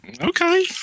Okay